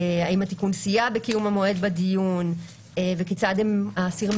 האם התיקון סייע בקיום המועד בדיון וכיצד האסירים